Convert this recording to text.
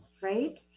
right